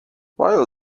while